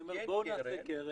אני אומר בואו נעשה קרן,